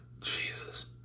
Jesus